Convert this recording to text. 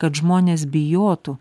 kad žmonės bijotų